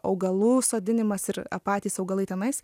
augalų sodinimas ir patys augalai tenais